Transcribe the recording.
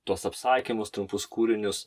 tuos apsakymus trumpus kūrinius